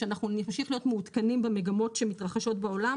שאנחנו נמשיך להיות מעודכנים במגמות שמתרחשות בעולם